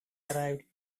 arrived